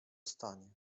stanie